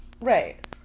Right